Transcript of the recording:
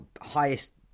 highest